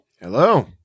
Hello